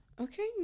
Okay